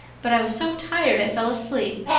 but i was so tired i fell asleep.